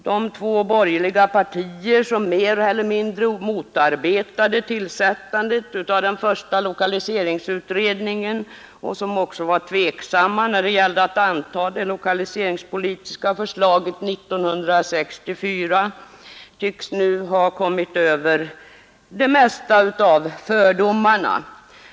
De två borgerliga partier som mer eller mindre motarbetade tillsättandet av den första lokaliseringsutredningen och som också ställde sig tveksamma när det gällde att anta det lokaliseringspolitiska förslaget år 1964 tycks nu ha kommit över det mesta av fördomarna.